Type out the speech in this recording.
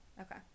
okay